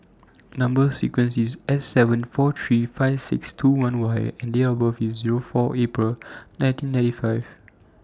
Number sequence IS S seven four three five six two one Y and Date of birth IS four April nineteen ninety five